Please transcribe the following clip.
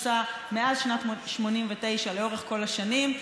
עושים מאז שנת 1989 לאורך כל השנים.